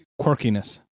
quirkiness